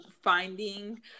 finding